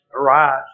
Arise